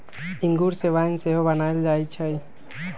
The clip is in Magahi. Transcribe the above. इंगूर से वाइन सेहो बनायल जाइ छइ